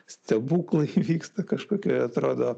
stebuklai vyksta kažkokioj atrodo